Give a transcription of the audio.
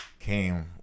came